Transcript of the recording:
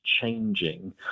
changing